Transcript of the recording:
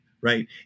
right